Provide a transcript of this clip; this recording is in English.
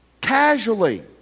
casually